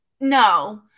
no